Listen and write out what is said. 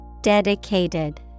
Dedicated